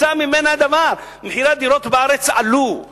מועצת מינהל מקרקעי ישראל.